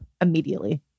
immediately